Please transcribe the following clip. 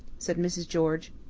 said mrs. george.